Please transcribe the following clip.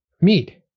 meat